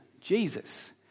Jesus